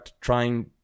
trying